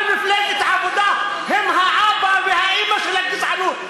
אבל מפלגת העבודה הם האבא והאימא של הגזענות,